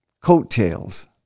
coattails